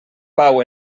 pau